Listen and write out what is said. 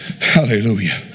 Hallelujah